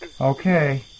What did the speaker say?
Okay